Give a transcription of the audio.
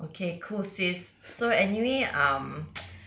okay cool sis so anyway um